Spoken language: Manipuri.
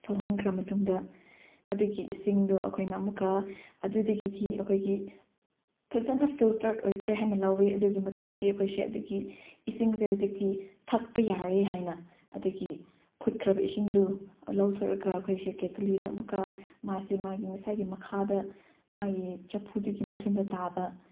ꯁꯧꯍꯟꯈ꯭ꯔ ꯃꯇꯨꯡꯗ ꯑꯗꯨꯒꯤ ꯏꯁꯤꯡꯗꯣ ꯑꯩꯈꯣꯏꯅ ꯑꯃꯨꯛꯀ ꯑꯗꯨꯗꯒꯤꯗꯤ ꯑꯩꯈꯣꯏꯒꯤ ꯐꯖꯅ ꯐꯤꯜꯇꯔꯠ ꯑꯣꯏꯈ꯭ꯔꯦ ꯍꯥꯏꯅ ꯂꯧꯋꯤ ꯑꯗꯨꯒꯤ ꯃꯇꯨꯡꯗꯗꯤ ꯑꯩꯈꯣꯏꯁꯦ ꯑꯗꯨꯒꯤ ꯏꯁꯤꯡꯁꯦ ꯍꯧꯖꯤꯛꯇꯤ ꯊꯛꯄ ꯌꯥꯔꯦ ꯍꯥꯏꯅ ꯑꯗꯨꯒꯤ ꯐꯨꯠꯈ꯭ꯔꯕ ꯏꯁꯤꯡꯗꯨ ꯂꯧꯊꯣꯛꯂꯒ ꯑꯩꯈꯣꯏꯁꯦ ꯀꯦꯇꯂꯤꯗ ꯑꯃꯨꯛꯀ ꯃꯥꯁꯦ ꯃꯥꯒꯤ ꯉꯁꯥꯏꯒꯤ ꯃꯈꯥꯗ ꯃꯥꯒꯤ ꯆꯐꯨꯗꯨꯒꯤ ꯃꯊꯨꯟꯗ ꯇꯥꯕ